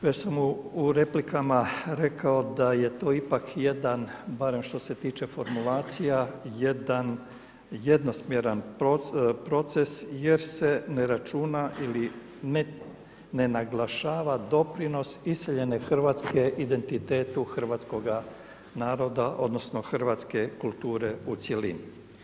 Već sam u replikama rekao da je to ipak jedan, barem što se tiče formulacija jedan jednosmjeran proces jer se ne računa ili ne naglašava doprinos iseljene Hrvatske identitetu hrvatskoga naroda, odnosno hrvatske kulture u cjelini.